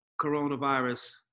coronavirus